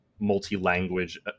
multi-language